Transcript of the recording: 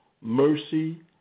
mercy